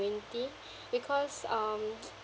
twenty because um